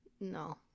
No